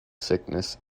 sickness